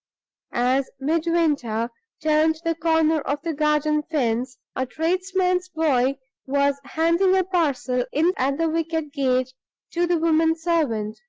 as midwinter turned the corner of the garden fence, a tradesman's boy was handing a parcel in at the wicket gate to the woman servant.